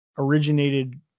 Originated